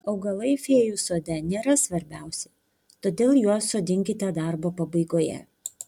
augalai fėjų sode nėra svarbiausi todėl juos sodinkite darbo pabaigoje